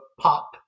pop